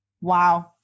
Wow